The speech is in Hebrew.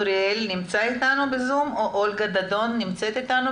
רשימה ארוכה כאן ואני מתנצלת מראש שלא אוכל כבר הדיון הראשון לתת לכולם